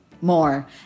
more